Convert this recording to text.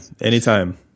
Anytime